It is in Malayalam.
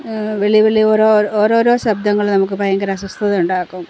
ഓരോ ഓരോരോ ശബ്ദങ്ങള് നമുക്കു ഭയങ്കര അസ്വസ്ഥതയുണ്ടാക്കും